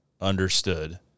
understood